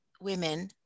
women